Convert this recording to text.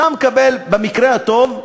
אתה מקבל במקרה הטוב,